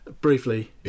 Briefly